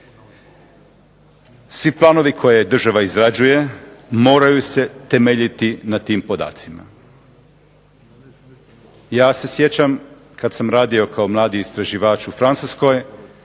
Svi planovi koje država izrađuje moraju se temeljiti na tim podacima. Ja se sjećam kad sam radio kao mladi istraživač u Francuskoj